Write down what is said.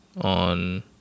on